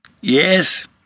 Yes